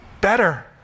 better